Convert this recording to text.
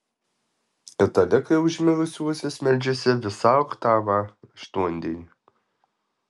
katalikai už mirusiuosius meldžiasi visą oktavą aštuondienį